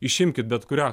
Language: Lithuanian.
išimkit bet kurią